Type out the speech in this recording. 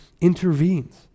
intervenes